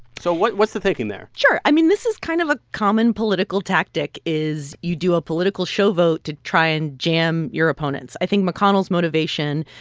so what's what's the thinking there? sure. i mean, this is kind of a common political tactic is you do a political show vote to try and jam your opponents. i think mcconnell's motivation,